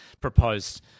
proposed